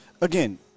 Again